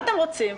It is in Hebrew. מה אתם רוצים?